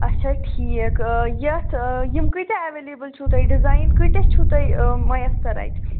اَچھا ٹھیٖک یَتھ یِم کٍتیٛاہ ایٚویلیبٕل چھِو تۅہہِ ڈِزایِن کٍتیٛاہ چھِو تۅہہِ مۅیسر اَتہِ